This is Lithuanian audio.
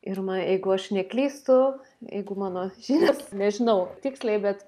ir na jeigu aš neklystu jeigu mano žinios nežinau tiksliai bet